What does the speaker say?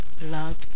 love